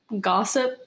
gossip